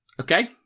Okay